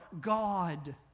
God